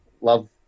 Love